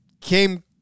came